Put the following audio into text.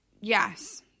yes